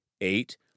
Eight